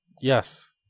Yes